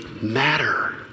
matter